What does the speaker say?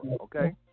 okay